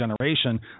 generation